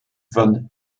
von